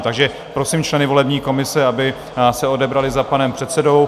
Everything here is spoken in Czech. Takže prosím členy volební komise, aby se odebrali za panem předsedou.